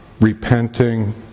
repenting